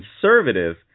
conservative